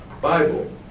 Bible